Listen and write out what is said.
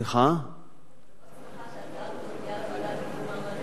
שמחה שההצעה הזאת מגיעה לוועדה למעמד